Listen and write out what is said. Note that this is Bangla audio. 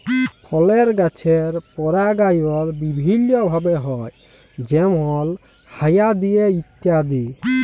ফলের গাছের পরাগায়ল বিভিল্য ভাবে হ্যয় যেমল হায়া দিয়ে ইত্যাদি